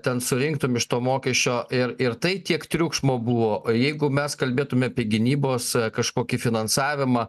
ten surinktum iš to mokesčio ir ir tai tiek triukšmo buvo jeigu mes kalbėtume apie gynybos kažkokį finansavimą